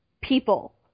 people